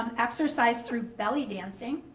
exercise through belly dancing,